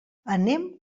anem